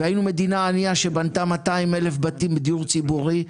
והיינו מדינה ענייה שבנתה 200,000 בתים בדיור ציבורי,